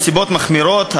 נסיבות מחמירות),